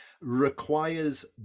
requires